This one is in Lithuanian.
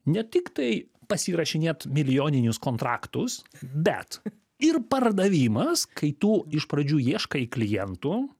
ne tiktai pasirašinėt milijoninius kontraktus bet ir pardavimas kai tu iš pradžių ieškai klientų